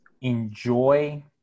enjoy